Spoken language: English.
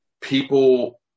People